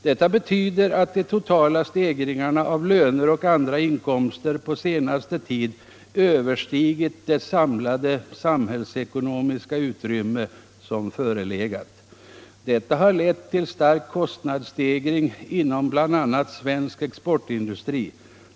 Detta betyder att de totala stegringarna av löner och andra inkomster på senare tid överstigit det samhällsekonomiska utrymme som förelegat. Detta har lett till en stark kostnadsstegring inom bl.a. svensk exportindustri.